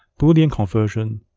boolean conversion,